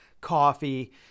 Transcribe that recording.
Coffee